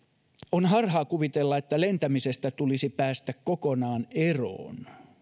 on harhaa kuvitella että lentämisestä tulisi päästä kokonaan eroon